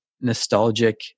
nostalgic